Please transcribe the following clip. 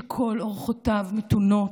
שכל אורחותיו מתונות,